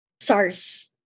sars